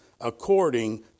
according